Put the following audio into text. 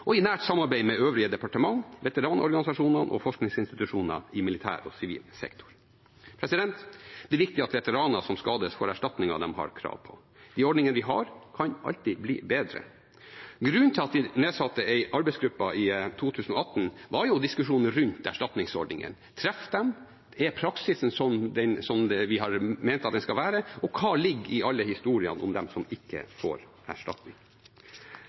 og i nært samarbeid med øvrige departementer, veteranorganisasjonene og forskningsinstitusjoner i militær og sivil sektor. Det er viktig at veteraner som skades, får erstatningen de har krav på. De ordningene vi har, kan alltid bli bedre. Grunnen til at vi nedsatte en arbeidsgruppe i 2018, var jo diskusjonen om erstatningsordningene. Treffer de? Er praksisen slik vi har ment at den skal være? Hva ligger det i alle historiene om de som ikke får erstatning?